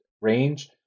range